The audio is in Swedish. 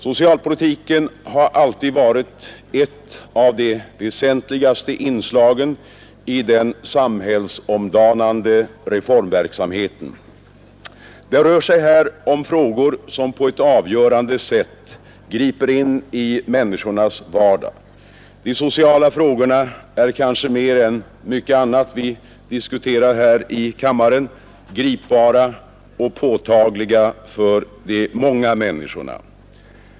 Socialpolitiken har alltid varit ett av de väsentligaste inslagen i den samhällsomdanande reformverksamheten. Det rör sig här om frågor som på ett avgörande sätt griper in i människornas vardag. De sociala frågorna är kanske mer än mycket annat vi diskuterar här i kammaren gripbara och påtagliga för de många människorna.